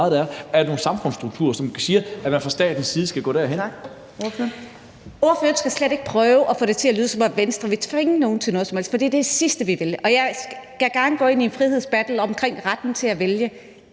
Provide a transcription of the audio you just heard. Fjerde næstformand (Trine Torp): Ordføreren. Kl. 00:03 Fatma Øktem (V): Ordføreren skal slet ikke prøve at få det til at lyde, som om Venstre vil tvinge nogen til noget som helst. For det er det sidste, vi vil. Jeg skal gerne gå ind i en frihedsbattle omkring retten til at vælge